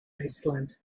iceland